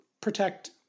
protect